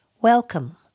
Welcome